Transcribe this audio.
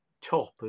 top